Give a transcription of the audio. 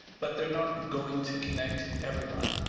but they are not going to connect everyone.